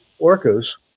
orcas